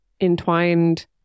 entwined